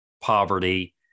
poverty